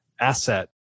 asset